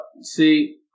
See